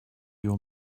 your